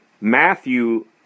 Matthew